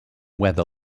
whether